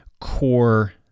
core